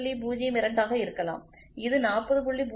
02 ஆக இருக்கலாம் இது 40